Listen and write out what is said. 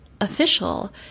official